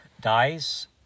dies